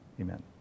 Amen